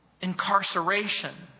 incarceration